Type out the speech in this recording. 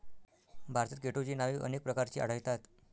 भारतात केटोची नावे अनेक प्रकारची आढळतात